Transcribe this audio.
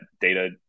data